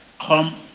Come